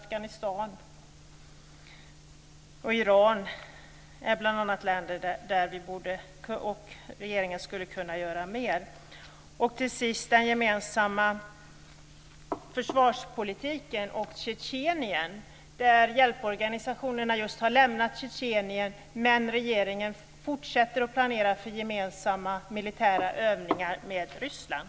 Bl.a. Afghanistan och Iran är länder där regeringen skulle kunna göra mer. Jag vill till sist säga något beträffande den gemensamma försvarspolitiken och Tjetjenien, där hjälporganisationerna just har lämnat Tjetjenien, men regeringen fortsätter att planera för gemensamma militära övningar med Ryssland.